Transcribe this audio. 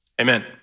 amen